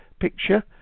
picture